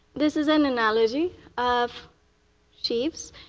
this is an analogy of sheaths.